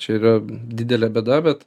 čia yra didelė bėda bet